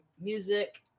music